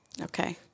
Okay